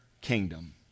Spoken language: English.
kingdom